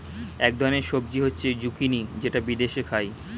এক ধরনের সবজি হচ্ছে জুকিনি যেটা বিদেশে খায়